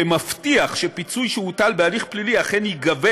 שמבטיח שפיצוי שהוטל בהליך פלילי אכן ייגבה